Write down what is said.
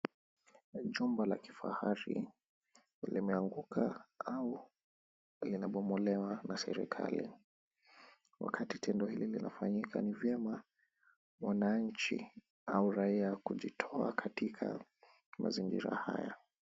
Jengo la kifahari limeanguka au kubomolewa na serikali. Wakati tendo hili linafanyika ni vyema wananchi au raia kujitoa katika mazingira haya.